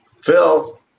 Phil